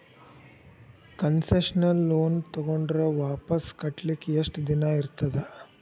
Concessional loan ತಗೊಂಡ್ರ್ ವಾಪಸ್ ಕಟ್ಲಿಕ್ಕೆ ಯೆಷ್ಟ್ ದಿನಾ ಇರ್ತದ?